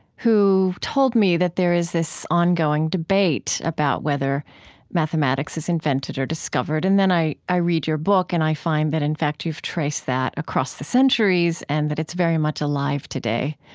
who told me that there is this ongoing debate about whether mathematics is invented or discovered. and then i i read your book and i find that, in fact, you've traced that across the centuries and that it's very much alive today.